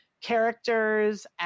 characters